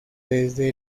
desde